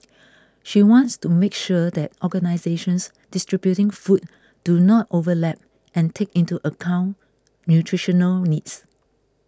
she wants to make sure that organisations distributing food do not overlap and take into account nutritional needs